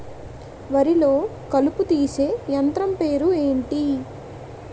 వరి లొ కలుపు తీసే యంత్రం పేరు ఎంటి?